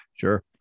Sure